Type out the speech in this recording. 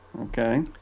Okay